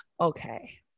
Okay